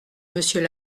monsieur